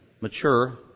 mature